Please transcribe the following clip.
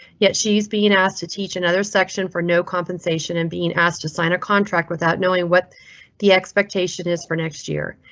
yet she's being asked to teach another section for no compensation and being asked to sign a contract without knowing what the expectation is for next year.